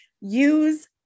use